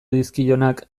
dizkionak